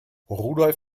rudolf